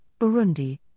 Burundi